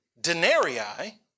denarii